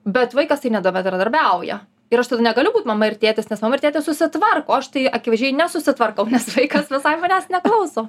bet vaikas tai nebendradarbiauja ir aš tada negaliu būt mama ir tėtis nes mama ir tėtis susitvarko aš tai akivaizdžiai nesusitvarkau nes vaikas visai manęs neklauso